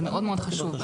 זה מאוד מאוד חשוב.